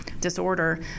disorder